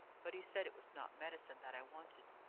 but he said it was not medicine that i wanted.